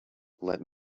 let